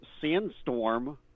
Sandstorm